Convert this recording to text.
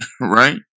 Right